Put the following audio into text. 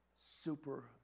Super